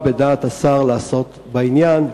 מה בדעת השר לעשות בעניין,